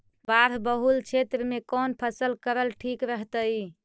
बाढ़ बहुल क्षेत्र में कौन फसल करल ठीक रहतइ?